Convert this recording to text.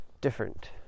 different